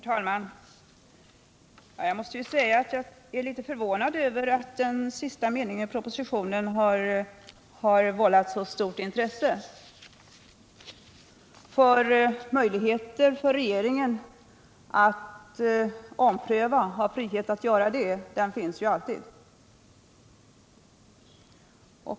Herr talman! Jag måste säga att jag är litet förvånad över att den sista meningen i propositionen har vållat så stort intresse. Möjligheter för regeringen att ompröva finns ju alltid.